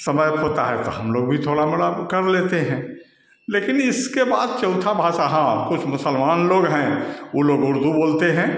समय होता है तो हम लोग भी थोड़ा मोड़ा कर लेते हैं लेकिन इसके बाद चौथा भाषा हाँ कुछ मुसलमान लोग हैं वे लोग उर्दू बोलते हैं